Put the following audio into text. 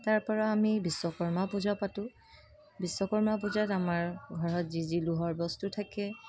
তাৰ পৰা আমি বিশ্বকৰ্মা পূজাও পাতোঁ বিশ্বকৰ্মা পূজাত আমাৰ ঘৰত যি যি লোহাৰ বস্তু থাকে